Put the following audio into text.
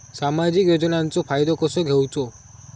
सामाजिक योजनांचो फायदो कसो घेवचो?